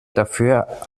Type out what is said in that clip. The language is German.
dafür